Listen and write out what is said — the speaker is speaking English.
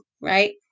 right